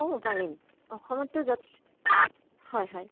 অ পাৰিম অসমততো যথেষ্ট হয় হয়